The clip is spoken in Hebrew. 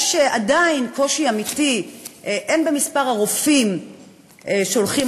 יש עדיין קושי אמיתי במספר הרופאים שהולכים